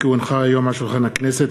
כי הונחה היום על שולחן הכנסת,